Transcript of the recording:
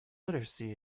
literacy